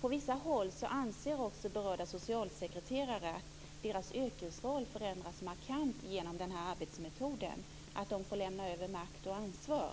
På vissa håll anser också berörda socialsekreterare att deras yrkesroll förändrats markant genom den här arbetsmetoden så att de får lämna över makt och ansvar.